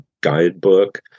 guidebook